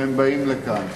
והם באים לכאן.